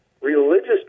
religious